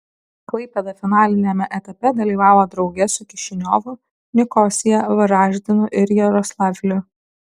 klaipėda finaliniame etape dalyvavo drauge su kišiniovu nikosija varaždinu ir jaroslavliu